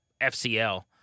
FCL